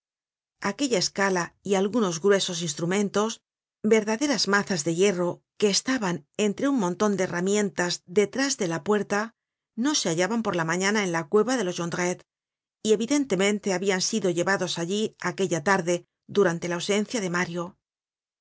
aquella escala y algunos gruesos instrumentos verdaderas mazas de hierro que estaban entre un monton de herramienta detrás de la puerta no se hallaban por la mañana en la cueva de los jondrette y evidentemente habian sido llevados allí aquella tarde durante la ausencia de mario